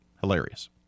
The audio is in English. hilarious